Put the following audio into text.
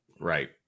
Right